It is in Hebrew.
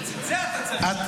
את זה אתה צריך לדעת.